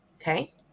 Okay